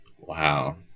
Wow